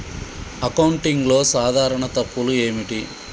అకౌంటింగ్లో సాధారణ తప్పులు ఏమిటి?